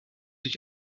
ich